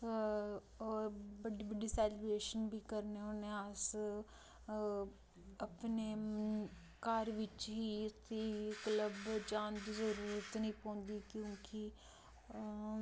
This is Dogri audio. होर बड्डी बड्डी सैलीब्रेशन बी करने होन्ने अस अपने घर बिच्च ही क्लब जान दी जरूरत नी पौंदी क्योंकि